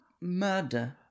murder